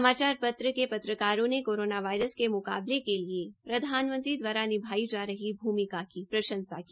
समाचार पत्र के पत्रकारों ने कोरोना वायरस के मुकाबले के लिए प्रधानमंत्री द्वारा निभाई जा रही भूमिका की प्रंशसा की